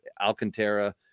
Alcantara